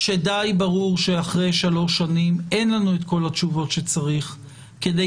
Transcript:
כשדי ברור שאחרי שלוש שנים אין לנו את כל התשובות שצריך כדי